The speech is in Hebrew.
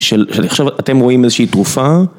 של עכשיו אתם רואים איזושהי תרופה